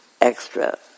extra